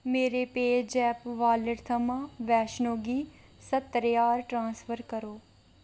मेरे PayZapp wallet थमां वैष्णो गी सत्तर ज्हार ट्रांसफर करो